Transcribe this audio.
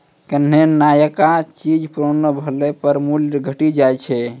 कोन्हो नयका चीज पुरानो भेला पर मूल्य घटी जाय छै